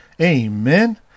Amen